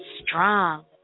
strong